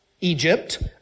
Egypt